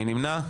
מי נמנע?